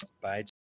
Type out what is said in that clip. Bye